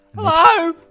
Hello